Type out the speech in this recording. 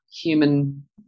human